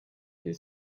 his